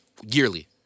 yearly